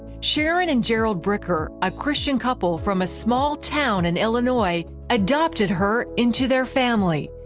sharon and gerald bricker, a christian couple from a small town in illinois, adopted her into their family.